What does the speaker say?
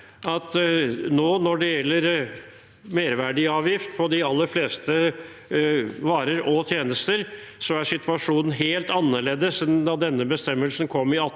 når det gjelder merverdiavgift på de aller fleste varer og tjenester, er situasjonen helt annerledes enn da denne bestemmelsen kom i 1814,